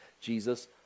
Jesus